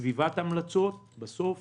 סביבת המלצות ובסוף